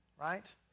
right